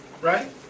Right